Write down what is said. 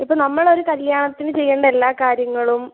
ഇപ്പോൾ നമ്മളൊരു കല്യാണത്തിനു ചെയ്യേണ്ട എല്ലാ കാര്യങ്ങളും